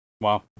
Wow